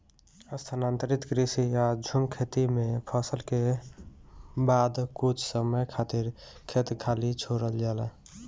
स्थानांतरण कृषि या झूम खेती में फसल के बाद कुछ समय खातिर खेत खाली छोड़ल जाला